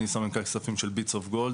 אני סמנכ"ל כספים של "ביטס אוף גולד",